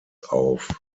auf